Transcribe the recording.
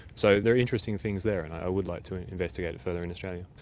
so there are interesting things there and i would like to investigate it further in australia.